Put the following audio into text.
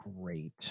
great